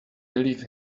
believe